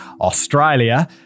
Australia